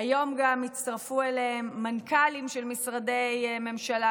היום גם הצטרפו אליהם מנכ"לים של משרדי ממשלה,